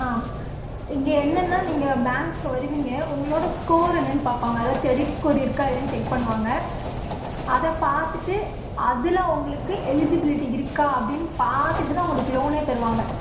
ஆ இங்கே என்னன்னா நீங்கள் பேங்க்கு வருவீங்க உங்களோட ஸ்கோர் என்னன்னு பார்ப்பாங்க அதாவது க்ரெடிட் ஸ்கோர் இருக்கா இல்லையான்னு செக் பண்ணுவாங்க அதை பார்த்துட்டு அதில் உங்களுக்கு எலிஜிபிலிட்டி இருக்கா அப்படின்னு பார்த்துட்டு தான் உங்களுக்கு லோனே தருவாங்க